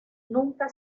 nunca